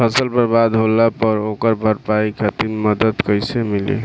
फसल बर्बाद होला पर ओकर भरपाई खातिर मदद कइसे मिली?